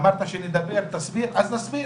אמרת שנדבר, תסביר, אז נסביר.